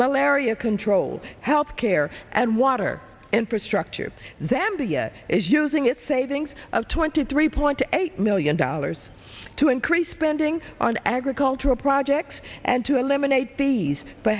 malaria control health care and water infrastructure than bia is using its savings of twenty three point eight million dollars to increase spending on agricultural projects and to eliminate these